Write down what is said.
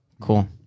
Cool